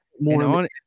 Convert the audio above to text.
more